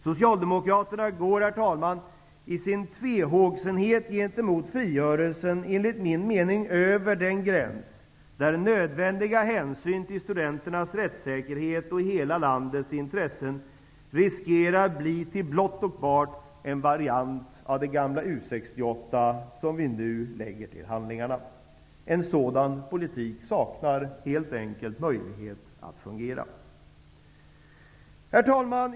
Socialdemokraterna går, herr talman, i sin tvehågsenhet gentemot frigörelsen enligt min mening över den gräns där nödvändiga hänsyn till studenternas rättssäkerhet och hela landets intressen riskerar att bli till blott och bart en variant av det gamla U 68, som vi nu lägger till handlingarna. En sådan politik saknar helt enkelt möjlighet att fungera. Herr talman!